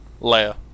Leia